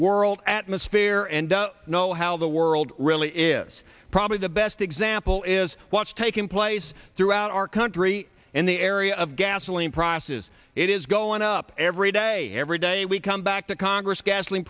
world atmosphere and know how the world really is probably the best example is what's taken place throughout our country in the area of gasoline prices it is going up every day every day we come back to congress gasoline